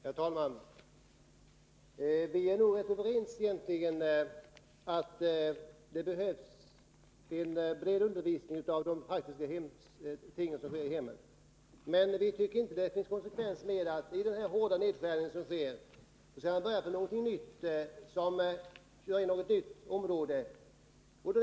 Herr talman! Vi är nog egentligen rätt överens om att det behövs en bred undervisning om de praktiska tingen i hemmets skötsel. Men vi tycker inte att man i samband med den hårda nedskärning som nu sker skall börja med någonting nytt.